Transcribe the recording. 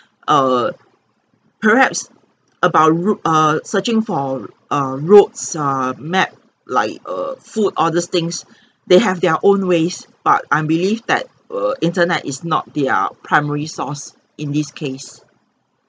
err perhaps about route err searching for err roads uh map like err food all these things they have their own ways but I believe that err internet is not their primary source in this case